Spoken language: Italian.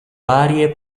varie